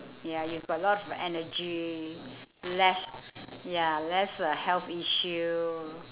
ya you got a lot of energy less ya less uh health issue